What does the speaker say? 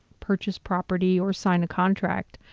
purchase property or sign a contract.